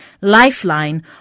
Lifeline